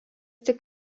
tik